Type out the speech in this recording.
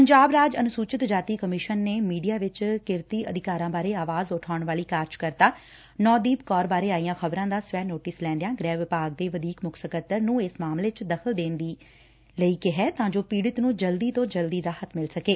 ਪੰਜਾਬ ਰਾਜ ਅਨੁਸੁਚਿਤ ਜਾਤੀ ਕਮਿਸ਼ਨ ਨੇ ਮੀਡੀਆ ਵਿਚ ਕਿਰਤੀ ਅਧਿਕਾਰਾਂ ਬਾਰੇ ਆਵਾਜ਼ ਉਠਾਉਣ ਵਾਲੀ ਕਾਰਜ ਕਰਤਾ ਨੌਦੀਪ ਕੌਰ ਬਾਰੇ ਆਈਆਂ ਖ਼ਬਰਾਂ ਦਾ ਸਵੈ ਨੋਟਿਸ ਲੈਂਦਿਆਂ ਗ੍ਰਹਿ ਵਿਭਾਗ ਦੇ ਵਧੀਕ ਮੁੱਖ ਸਕੱਤਰ ਨੂੰ ਇਸ ਮਾਮਲੇ ਚ ਦਖ਼ਲ ਦੇਣ ਲਈ ਕਿਹੈ ਤਾਂ ਜੋ ਪੀੜਤ ਨੂੰ ਜਲਦੀ ਤੋਂ ਜਲਦੀ ਰਾਹਤ ਮਿਲ ਸਕੇ